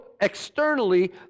externally